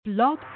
Blog